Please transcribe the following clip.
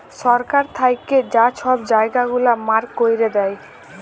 সরকার থ্যাইকে যা ছব জায়গা গুলা মার্ক ক্যইরে দেয়